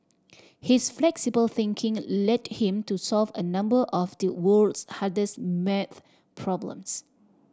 his flexible thinking led him to solve a number of the world's hardest math problems